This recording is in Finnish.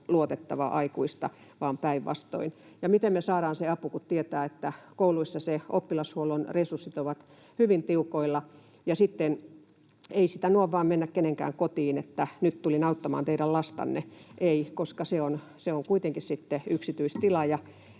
luotettavaa aikuista, vaan päinvastoin. Miten me saadaan se apu, kun tietää, että kouluissa oppilashuollon resurssit ovat hyvin tiukoilla ja sitten ei sitä noin vain mennä kenenkään kotiin, että nyt tulin auttamaan teidän lastanne. Ei, koska se on kuitenkin sitten yksityistila